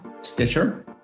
Stitcher